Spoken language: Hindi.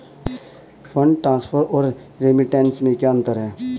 फंड ट्रांसफर और रेमिटेंस में क्या अंतर है?